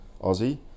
Aussie